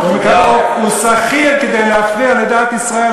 הוא שכיר כדי להפריע לדת ישראל.